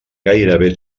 gairebé